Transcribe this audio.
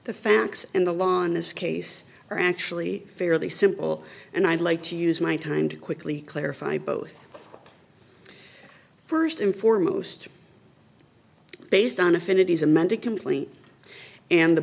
the facts and the law in this case are actually fairly simple and i'd like to use my time to quickly clarify both first and foremost based on affinities amended complaint and the